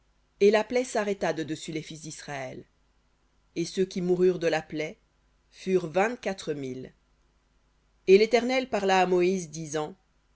et la plaie s'arrêta de dessus les fils disraël et ceux qui moururent de la plaie furent vingt-quatre mille et l'éternel parla à moïse disant